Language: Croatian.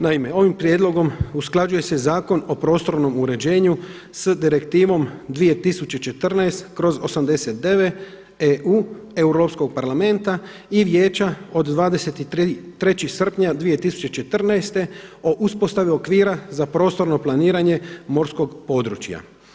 Naime, ovim prijedlogom usklađuje se Zakon o prostornom uređenju s direktivom 2014./89 EU Europskog parlamenta i Vijeća od 23. srpnja 2014. o uspostavi okvira za prostorno planiranje morskog područja.